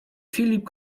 filip